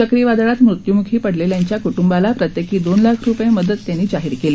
चक्रीवादळात मृत्यूमुखी पडलेल्यांच्या क्टुंबाला प्रत्येकी दोन लाख रुपये मदत त्यांनी जाहीर केली